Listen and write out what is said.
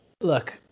look